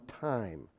time